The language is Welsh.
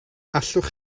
allwch